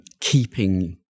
keeping